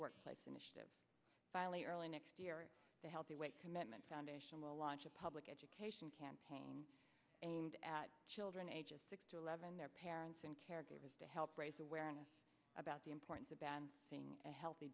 workplace initiative finally early next year the healthy weight commitment foundation will launch a public education campaign aimed at children ages six to eleven their parents and caregivers to help raise awareness about the importance of ben being a healthy